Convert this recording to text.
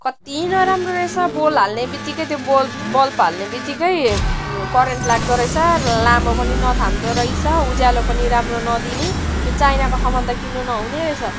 कति नराम्रो रहेछ बल्ब हाल्ने बितिक्कै त्यो बल्ब बल्ब हाल्ने बितिक्कै करेन्ट लाग्दो रहेछ लामो पनि नथाम्दो रहेछ उज्यालो पनि राम्रो नदिने यो चाइनाको सामान त किन्नु नहुने रहेछ